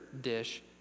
dish